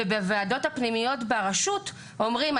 ובוועדות הפנימיות ברשות אומרים,